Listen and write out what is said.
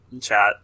chat